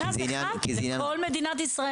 כי זה עניין --- מרכז אחד בכל מדינת ישראל?